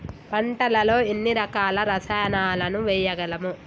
పంటలలో ఎన్ని రకాల రసాయనాలను వేయగలము?